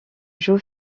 joe